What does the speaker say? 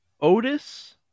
Otis